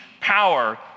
power